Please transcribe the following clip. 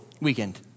weekend